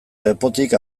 lepotik